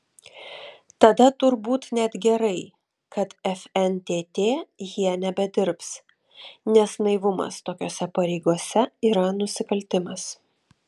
tada turbūt net gerai kad fntt jie nebedirbs nes naivumas tokiose pareigose yra nusikaltimas